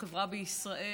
החברה בישראל,